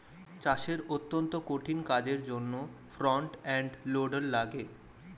চাষের অত্যন্ত কঠিন কাজের জন্যে ফ্রন্ট এন্ড লোডার লাগে